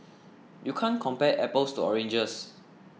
you can't compare apples to oranges